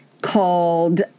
called